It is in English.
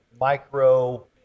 micro